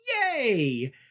Yay